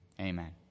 Amen